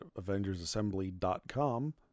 AvengersAssembly.com